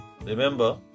Remember